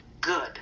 good